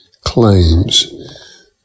claims